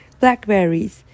blackberries